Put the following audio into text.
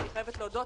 אני חייבת להודות,